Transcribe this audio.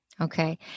Okay